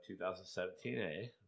2017A